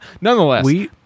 Nonetheless-